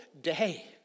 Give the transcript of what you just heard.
day